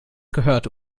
gehört